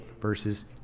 verses